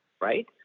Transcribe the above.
right